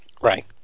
Right